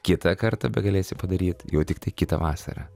kitą kartą begalėsi padaryt jau tiktai kitą vasarą